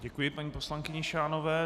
Děkuji paní poslankyni Šánové.